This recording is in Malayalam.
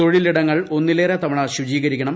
തൊഴിലിടങ്ങൾ ഒന്നിലേറെ തവണ ശുചീകരിക്കണം